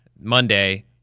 Monday